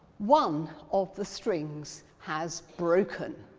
one of the strings has broken.